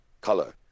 color